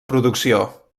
producció